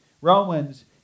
Romans